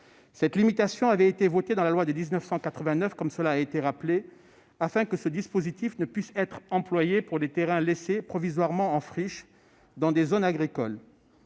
Cette limitation avait été votée dans la loi de 1989, comme cela a été rappelé, afin que ce dispositif ne puisse être employé pour des terrains laissés provisoirement en friche dans des zones agricoles.